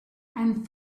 and